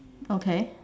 okay